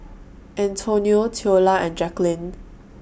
Antonio Theola and Jacquline